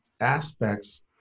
aspects